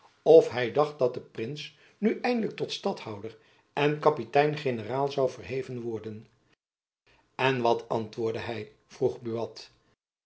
of hy dacht dat de prins nu eindelijk tot stadhouder en kapitein generaal zoû verheven worden en wat antwoordde hy vroeg